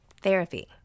Therapy